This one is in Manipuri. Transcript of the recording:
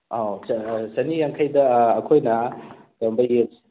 ꯑꯧ ꯆꯅꯤ ꯌꯥꯡꯈꯩꯗ ꯑꯩꯈꯣꯏꯅ ꯀꯩꯒꯨꯝꯕ ꯌꯦꯟꯁꯤ